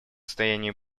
состоянии